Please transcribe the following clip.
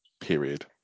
period